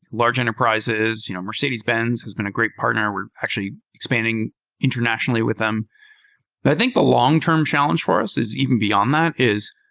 large enterprises. you know mercedes-benz has been a great partner. we're actually expanding internationally with them but i think the long-term challenge for us even beyond that is,